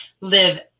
Live